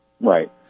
Right